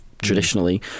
Traditionally